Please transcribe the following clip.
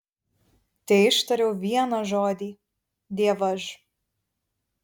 teištariau vieną žodį dievaž